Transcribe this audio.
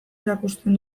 erakusten